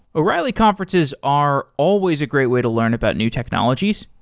o'reilly conferences are always a great way to learn about new technologies.